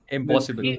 Impossible